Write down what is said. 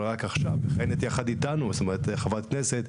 אבל רק עכשיו מכהנת יחד אתנו חברת כנסת,